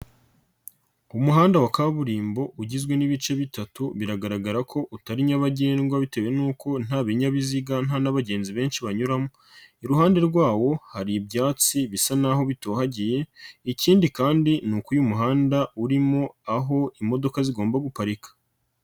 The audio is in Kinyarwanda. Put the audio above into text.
Umuhanda wa kaburimbo ugizwe n'ibice bitatu biragaragara ko utari nyabagendwa bitewe n'uko nta binyabiziga nta n'abagenzi benshi banyuramo, iruhande rwawo hari ibyatsi bisa n'aho bitohagiye, ikindi kandi ni uko uyu muhanda urimo aho imodoka zigomba guparika.